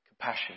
compassion